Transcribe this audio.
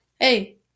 Hey